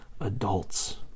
adults